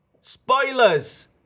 Spoilers